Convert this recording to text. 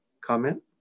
comment